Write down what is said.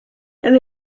and